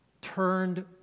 turned